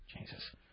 Jesus